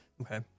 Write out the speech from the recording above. Okay